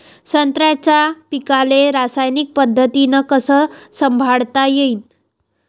संत्र्याच्या पीकाले रासायनिक पद्धतीनं कस संभाळता येईन?